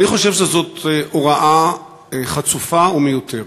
אני חושב שזאת הוראה חצופה ומיותרת.